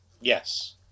Yes